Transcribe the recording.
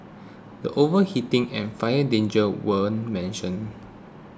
the overheating and fire dangers weren't mentioned